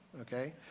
okay